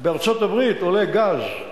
בארצות-הברית עולה גז,